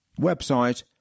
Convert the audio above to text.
Website